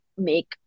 make